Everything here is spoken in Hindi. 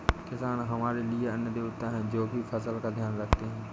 किसान हमारे लिए अन्न देवता है, जो की फसल का ध्यान रखते है